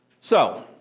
so,